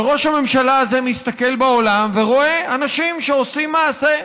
וראש הממשלה הזה מסתכל בעולם ורואה אנשים שעושים מעשה.